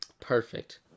perfect